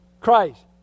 Christ